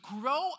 grow